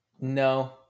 No